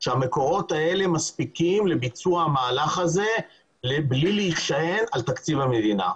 שהמקורות האלה מספיקים לביצוע המהלך הזה בלי להישען על תקציב המדינה.